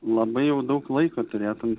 labai jau daug laiko turėtum